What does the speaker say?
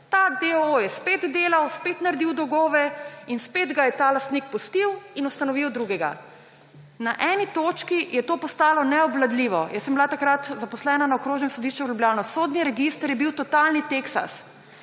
Ta deoo je spet delal, spet naredil dolgove in spet ga je ta lastnik pustil in ustanovil drugega. Na eni točki je to postalo neobvladljivo. Jaz sem bila takrat zaposlena na Okrožnem sodišču v Ljubljani. Sodni register je bil totalni teksas.